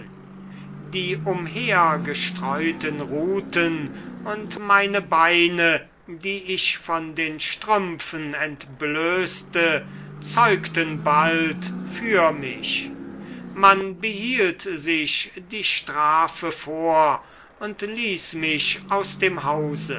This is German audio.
die umhergestreuten ruten und meine beine die ich von den strümpfen entblößte zeugten bald für mich man behielt sich die strafe vor und ließ mich aus dem hause